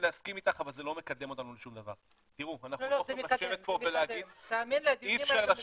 אותו ברמה המקצועית זה כמובן משרד הבריאות בעיקר את הדרישות של